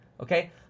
Okay